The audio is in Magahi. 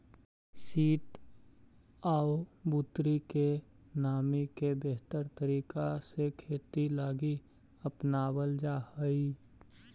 सित आउ बुन्नी के नमी के बेहतर तरीका से खेती लागी अपनाबल जा हई